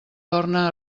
torna